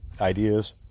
ideas